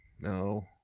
No